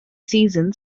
season